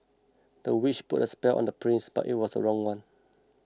the witch put a spell on the prince but it was the wrong one